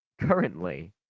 Currently